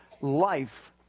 life